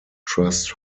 trust